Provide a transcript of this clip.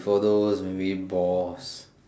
for those maybe boss